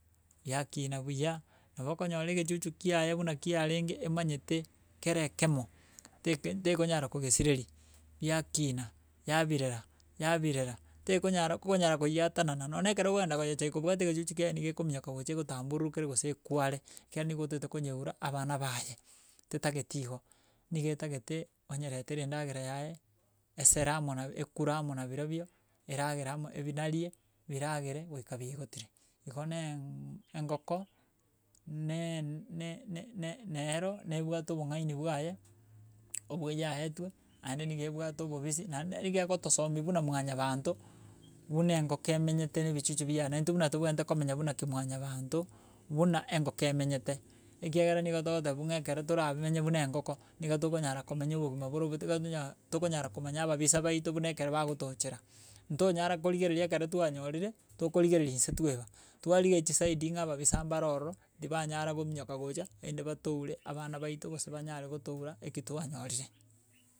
biakina buya, nabo okonyora egechuchu kiaye buna kiarenge emanyete kere ekemo, teke tekonyara kogesireri, yakina, yabirera yabirera tekonyara kokonyara goyeatenana, nonye ekero okogenda goyecheki kobwata egechuchu kiaye niga ekominyoka gocha egotambururukere gose ekware, ekiagera niga otaete konyeura abana baye tetageti igo, niga etagete onyeretere endagera yaye esere amo nabi ekure amo nabirobio eragere amo ebinarie, biragere goika biaigotire. Igo na eeen engoko naaa na- na- na nero nebwate obong'aini bwaye obo yaetwe, aende niga ebwate obobisia, naende niga egotosomia buna mwanyabanto buna engoko emenyete na ebichuchu biane ntwe nabo tobwenerete komenya buna kemwanyabanto, buna engoko emenyete ekiagera nigo togotebiwa ng'a ekero toramenye buna engoko, niga tokonyara komenya obogima boro oboito. Igo tokonyara komanya ababisa baito buna ekero bagotochera, ntonyara korigereria ekero twanyorire tokorigereria nse twaeba, twarigeria chisaidi ng'a ababisa mbaro ororo ndibanyara gominyoka gocha aende batoure abana baito gose banyare gotoura eki twanyorire.